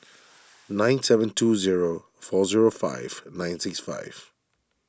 nine seven two zero four zero five nine six five